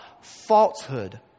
falsehood